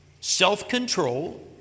self-control